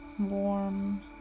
Warm